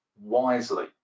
wisely